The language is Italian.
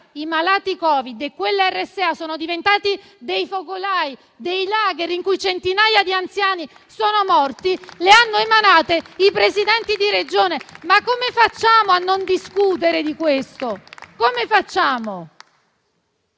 i malati Covid nelle RSA, che poi sono diventate dei focolai, dei *lager* in cui centinaia di anziani sono morti, le hanno emanate i Presidenti di Regione: come facciamo a non discutere di questo?